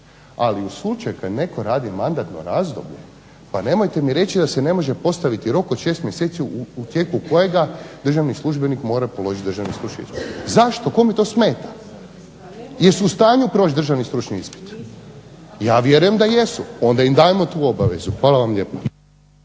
Ako u slučaju kada netko radi mandatno razdoblje pa nemojte mi reći da se ne može postaviti rok od 6 mjeseci u tijeku kojeg državni službenik mora položiti državni stručni ispit. Zašto? Kome to smeta? Jesu u stanju proći državni stručni ispit? Ja vjerujem da jesu, onda im dajmo tu obvezu. Hvala vam lijepa.